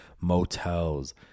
motels